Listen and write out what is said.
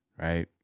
right